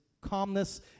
calmness